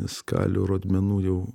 skalių rodmenų jau